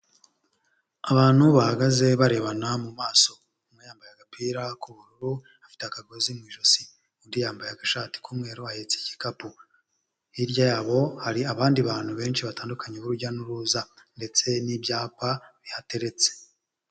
Abantu bahagaze barebana mu maso, umwe yambaye agapira k'ubururu, afite akagozi mu ijosi, undi yambaye agashati k'umweru ahetse igikapu, hirya yabo hari abandi bantu benshi batandukanye b'urujya n'uruza ndetse n'ibyapa bihateretse.